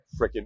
freaking